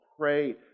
Pray